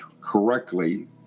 correctly